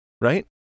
Right